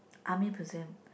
army person